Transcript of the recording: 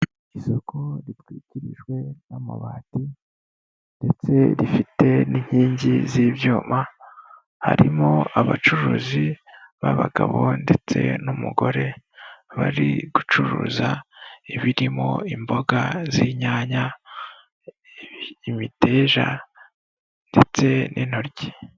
Isoko ritwikirijwe n'amabati ndetse rifite n'inkingi z'ibyuma harimo abacuruzi b'abagabo ndetse n'umugore bari gucuruza ibirimo imboga z'inyanya, imiteja ndetse n'intoryi.